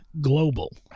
global